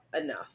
enough